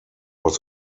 was